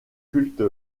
culte